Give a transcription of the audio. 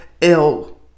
ill